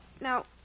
Now